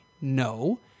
No